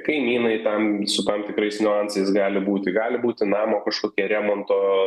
kaimynai ten su tam tikrais niuansais gali būti gali būti namo kažkokie remonto